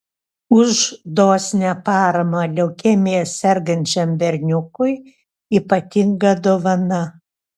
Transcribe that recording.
už dosnią paramą leukemija sergančiam berniukui ypatinga dovana